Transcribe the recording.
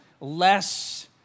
less